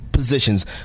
positions